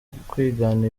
kwigana